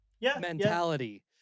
mentality